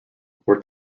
were